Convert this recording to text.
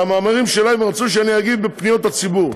על המאמרים שלהם הם רצו שאני אגיב בפניות הציבור.